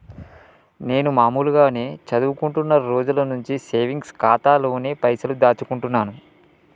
నేను మామూలుగానే చదువుకుంటున్న రోజుల నుంచి సేవింగ్స్ ఖాతాలోనే పైసలు దాచుకుంటున్నాను